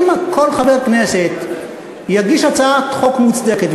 אם כל חבר כנסת יגיש הצעת חוק מוצדקת,